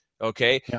Okay